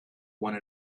one